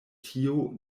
tio